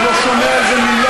אני לא שומע על זה מילה.